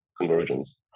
convergence